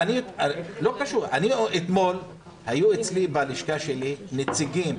אתמול, היו בלשכה שלי נציגים